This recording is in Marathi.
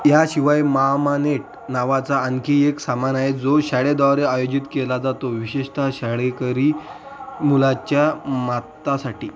याशिवाय मामानेट नावाचा आणखी एक सामना आहे जो शाळेद्वारे आयोजित केला जातो विशेषत शाळकरी मुलाच्या मातासाठी